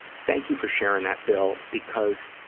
thank you for sharing that, bill, because